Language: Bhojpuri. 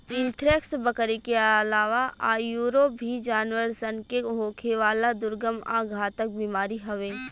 एंथ्रेक्स, बकरी के आलावा आयूरो भी जानवर सन के होखेवाला दुर्गम आ घातक बीमारी हवे